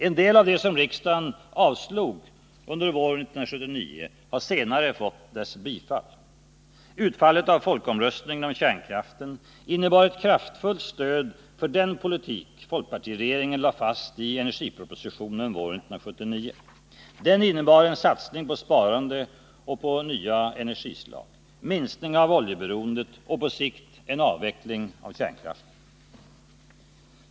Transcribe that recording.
En del av de förslag som riksdagen avslog våren 1979 har senare fått dess bifall. Utfallet av folkomröstningen om kärnkraften innebar ett kraftfullt stöd för den politik folkpartiregeringen lade fast i energipropositionen våren 1979. Den innebar en satsning på sparande och nya energislag, en minskning av oljeberoendet och på sikt en avveckling av kärnkraften.